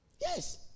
Yes